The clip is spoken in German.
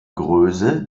größe